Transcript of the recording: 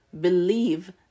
believe